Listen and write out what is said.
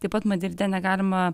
taip pat madride negalima